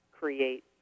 create